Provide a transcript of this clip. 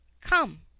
Come